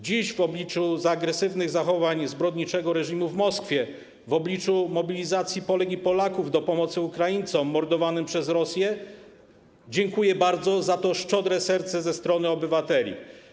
Dziś, w obliczu agresywnych zachowań zbrodniczego reżymu w Moskwie, w obliczu mobilizacji Polek i Polaków do pomocy Ukraińcom mordowanym przez Rosję, dziękuję bardzo za to szczodre serce ze strony obywateli.